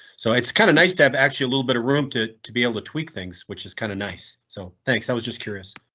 so it's kind of nice to have actually a little bit of room to to be able to tweak things, which is kind of nice. so thanks, i was just curious.